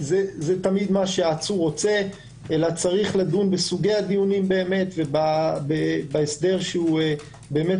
זה תמיד מה שהעצור רוצה אלא צריך לדון בסוגי הדיונים ובהסדר שמבטיח